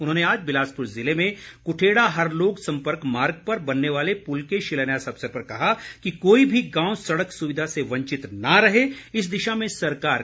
उन्होंने आज बिलासपुर जिले में कुठेड़ा हरलोग संपर्क मार्ग पर बनने वाले पुल के शिलान्यास अवसर पर कहा कि कोई भी गांव सड़क सुविधा से वंचित न रहे इस दिशा में सरकार कार्य कर रही है